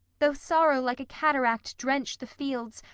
though sorrow like a cataract drench the fields,